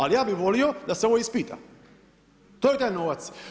Ali ja bih volio da se ovo ispita, to je taj novac.